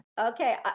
Okay